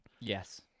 yes